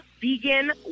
Vegan